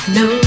no